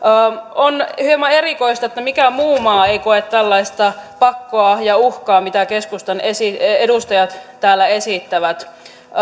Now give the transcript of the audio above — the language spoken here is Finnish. on hieman erikoista että mikään muu maa ei koe tällaista pakkoa ja uhkaa mitä keskustan edustajat täällä esittävät